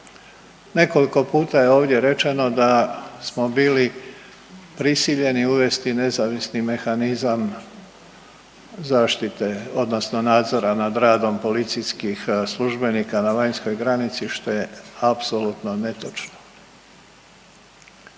Nekoliko puta je ovdje rečeno da smo bili prisiljeni uvesti nezavisni mehanizam zaštite odnosno nadzora nad radom policijskih službenika na vanjskoj granici što je apsolutno netočno.